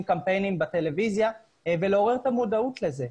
קמפיינים בטלוויזיה ולעורר את המודעות לזה.